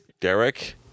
Derek